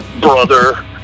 brother